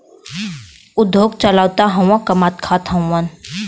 उद्योग चलावत हउवन कमात खात हउवन